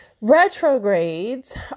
Retrogrades